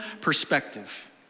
perspective